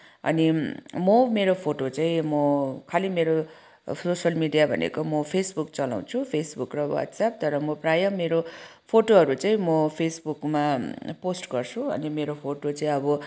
अनि म मेरो फोटो चाहिँ म खालि मेरो सोसियल मिडिया भनेको म फेसबुक चलाउँछु फेसबुक र वाट्सएप तर म प्राय मेरो फोटोहरू चाहिँ म फेसबुकमा पोस्ट गर्छु अनि मेरो फोटो चाहिँ अब